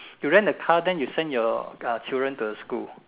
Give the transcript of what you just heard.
you rent the car then you send your uh children to the school